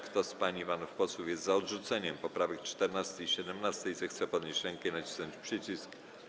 Kto z pań i panów posłów jest za odrzuceniem poprawek 14. i 17., zechce podnieść rękę i nacisnąć przycisk.